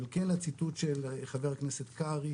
אבל לציטוט של חבר הכנסת קרעי,